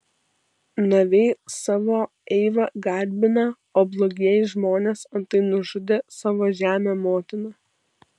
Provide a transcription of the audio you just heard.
naviai savo eivą garbina o blogieji žmonės antai nužudė savo žemę motiną